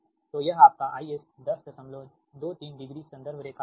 तो यह आपका IS 1023 डिग्री रेफ़रेंस रेखा से है